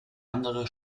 andere